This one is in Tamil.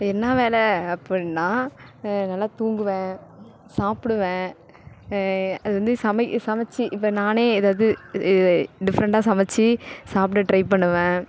அது என்ன வேலை அப்பிடின்னா நல்லா தூங்குவேன் சாப்பிடுவேன் அது வந்து சமை சமைத்து இப்போ நானே ஏதாவது டிஃப்ரெண்டாக சமைச்சி சாப்பிட ட்ரை பண்ணுவேன்